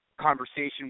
conversation